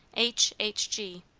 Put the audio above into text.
h. h. g.